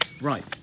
right